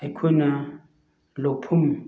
ꯑꯩꯈꯣꯏꯅ ꯂꯧꯐꯝ